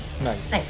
Nice